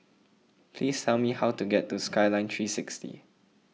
please tell me how to get to Skyline three sixty